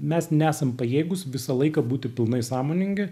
mes nesame pajėgūs visą laiką būti pilnai sąmoningi